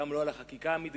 גם לא על החקיקה המתגבשת,